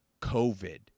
COVID